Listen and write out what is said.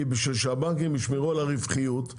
בשביל שהבנקים ישמרו על הרווחיות,